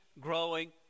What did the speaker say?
growing